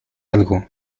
algo